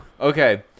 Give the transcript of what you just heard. Okay